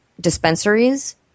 dispensaries